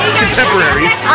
contemporaries